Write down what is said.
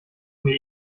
mir